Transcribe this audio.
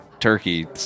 turkey